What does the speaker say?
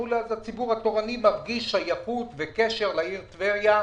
אז הציבור התורני מרגיש שייכות וקשר לעיר טבריה,